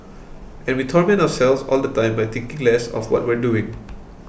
and we torment ourselves all the time by thinking less of what we're doing